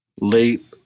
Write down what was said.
late